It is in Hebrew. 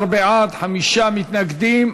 18 בעד, חמישה מתנגדים.